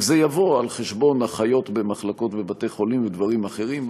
רק זה יבוא על חשבון אחיות במחלקות בבתי-חולים ודברים אחרים,